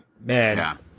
man